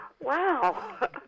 Wow